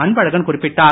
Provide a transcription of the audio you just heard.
அன்பழகன் குறிப்பிட்டார்